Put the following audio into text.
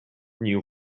new